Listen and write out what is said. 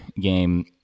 game